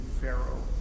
Pharaoh